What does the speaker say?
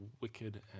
wicked